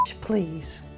Please